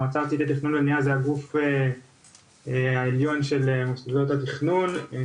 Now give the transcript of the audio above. המועצה הארצית לתכנון ובניה היא בעצם הגוף העליון של מוסדות התכנון,